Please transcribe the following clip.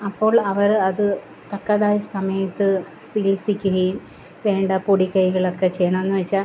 അപ്പോൾ അവർ അത് തക്കതായ സമയത്ത് ചികിൽസിക്കുകയും വേണ്ട പൊടിക്കൈകളൊക്കെ ചെയ്യണം എന്നു വെച്ചാൽ